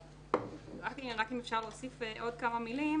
רק אם אפשר להוסיף עוד כמה מילים.